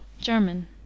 german